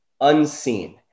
unseen